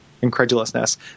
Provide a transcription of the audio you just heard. incredulousness